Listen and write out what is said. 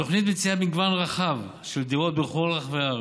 התוכנית מציעה מגוון רחב של דירות בכל רחבי הארץ,